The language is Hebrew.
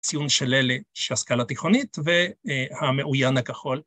ציון של אלה שהשכלה תיכונית והמעוין הכחול.